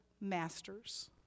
masters